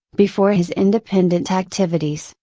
before his independent activities,